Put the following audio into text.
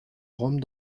rome